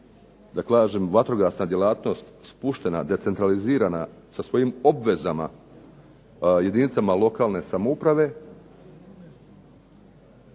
je ova vatrogasna djelatnost spuštena, decentralizirana sa svojim obvezama jedinicama lokalne samouprave,